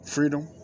Freedom